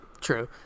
true